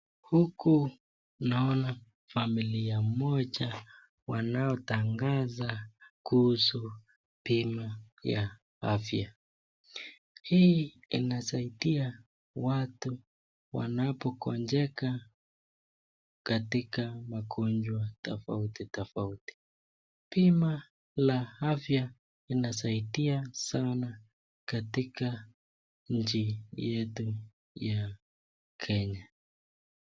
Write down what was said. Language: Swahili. Huku unaona familia moja wanaotangaza kuhusu bima ya afya. Hii inasaidia watu wanapo gonjeka katika magonjwa tofauti tofauti. Bima la afya inasaidia sana katika nchi yetu ya Kenya.